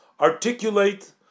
articulate